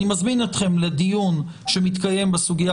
אני מזמין אתכם לדיון שמתקיים בסוגיה